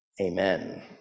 Amen